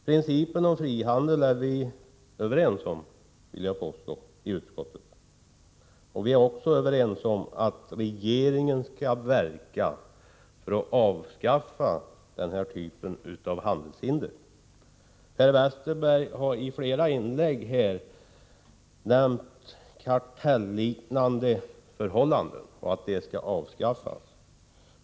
Jag vill påstå att vi i utskottet är överens om principen om frihandel. Vi är också överens om att regeringen skall verka för avskaffandet av den här typen av handelshinder. Per Westerberg har i flera inlägg här talat om kartelliknande förhållanden, som han tycker skall avskaffas.